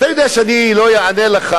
אתה יודע שאני לא אענה לך,